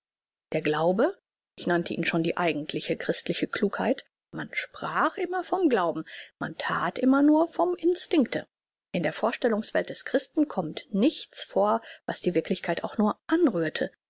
der glaube ich nannte ihn schon die eigentliche christliche klugheit man sprach immer vom glauben man that immer nur vom instinkte in der vorstellungswelt des christen kommt nichts vor was die wirklichkeit auch nur anrührte